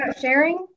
sharing